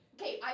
okay